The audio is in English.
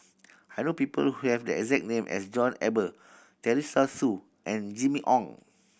I know people who have the exact name as John Eber Teresa Hsu and Jimmy Ong